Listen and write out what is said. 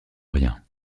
rien